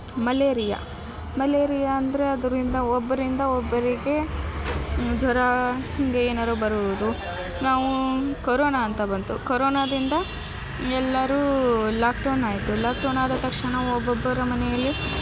malaria malaria ಅಂದರೆ ಅದರಿಂದ ಒಬ್ಬರಿಂದ ಒಬ್ಬರಿಗೆ ಜ್ವರ ಹೀಗೆ ಏನಾರ ಬರುವುದು ನಾವು ಕರೋನ ಅಂತ ಬಂತು ಕರೋನದಿಂದ ಎಲ್ಲರೂ ಲಾಕ್ಡೌನ್ ಆಯಿತು ಲಾಕ್ಡೌನ್ ಆದ ತಕ್ಷಣ ಒಬ್ಬೊಬ್ಬರ ಮನೆಯಲ್ಲಿ